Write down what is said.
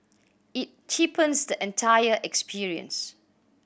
it cheapens the entire experience